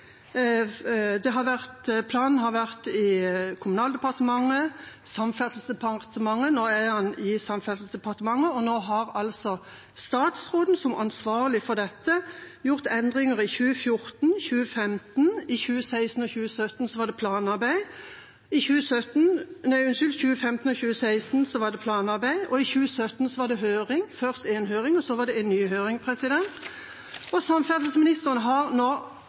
Planen har vært i Kommunaldepartementet og i Samferdselsdepartementet. Nå er den i Samferdselsdepartementet, og nå har statsråden som ansvarlig for dette gjort endringer i 2014 og 2015. I 2015 og 2016 var det planarbeid, og i 2017 var det høringer – først én høring, så en ny høring. Samferdselsministeren har ennå ikke klart å få til noen konkret handling på denne strekningen. Nå skal saken tilbake til Kommunal- og